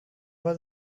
was